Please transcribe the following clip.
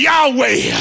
Yahweh